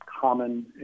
common